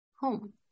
home